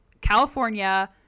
California